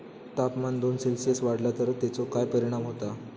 तापमान दोन सेल्सिअस वाढला तर तेचो काय परिणाम होता?